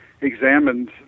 examined